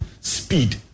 speed